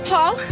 Paul